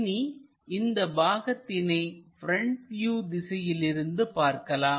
இனி இந்த பாகத்தினை ப்ரெண்ட் வியூ திசையிலிருந்து பார்க்கலாம்